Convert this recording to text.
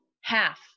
half